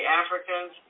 africans